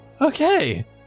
okay